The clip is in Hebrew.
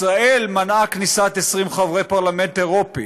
ישראל מנעה כניסת 20 חברי פרלמנט אירופי.